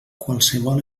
qualsevol